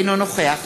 אינו נוכח